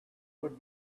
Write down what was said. would